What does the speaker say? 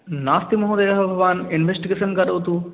नास्ति महोदयः भवान् इन्वेस्टिगेषन् करोतु